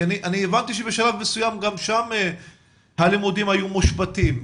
כי הבנתי שבשלב מסוים גם שם הלימודים היו מושבתים.